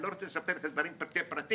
אני לא רוצה להתחיל לספר את הדברים בפרטי פרטים,